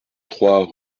trois